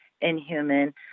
inhuman